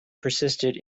persisted